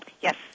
Yes